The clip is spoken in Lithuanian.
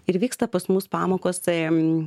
ir vyksta pas mus pamokos tai